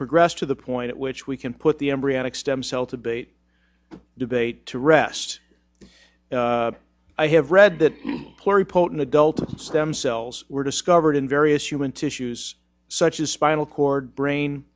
progress to the point at which we can put the embryonic stem cell to bait debate to rest i have read that larry potent adult stem cells were discovered in various human tissues such as spinal cord brain